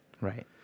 Right